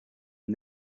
and